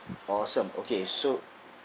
awesome okay so